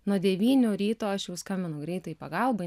nuo devynių ryto aš jau skambinu greitajai pagalbai